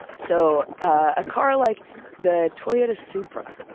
so a car like the toyota supra,